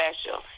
special